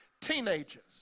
teenagers